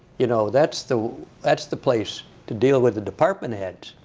you know, that's the that's the place to deal with the department heads.